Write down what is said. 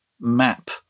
map